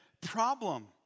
problem